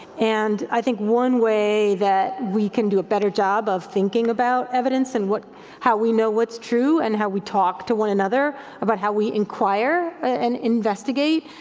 and i think one way that we can do a better job of thinking about evidence and how we know what's true and how we talk to one another about how we inquire and investigate,